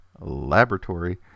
Laboratory